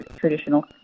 traditional